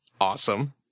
Awesome